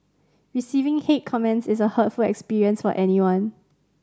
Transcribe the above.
receiving hate comments is a hurtful experience for anyone